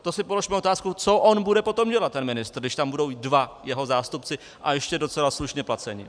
To si položme otázku, co on bude potom dělat ten ministr, když tam budou dva jeho zástupci a ještě docela slušně placení.